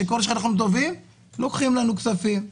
ככל שאנחנו טובים לוקחים לנו כסף.